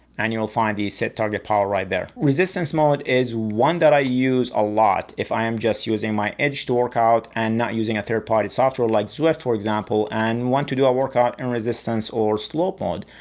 and you'll find the set target power right there. resistance mode is one that i use a lot. if i am just using my edge to workout and not using a third party software like zwift for example, and want to do a workout in and resistance or slope mode.